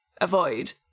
avoid